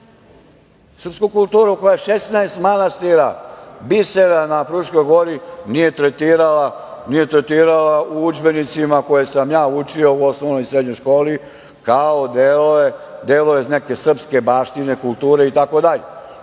srpsku kulturu koja 16 manastira, bisera na Fruškoj Gori nije tretirala u udžbenicima iz kojih sam učio u osnovnoj i srednjoj školi, kao delo iz neke srpske baštine i kulture itd.